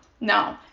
no